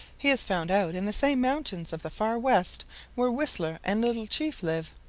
he is found out in the same mountains of the far west where whistler and little chief live,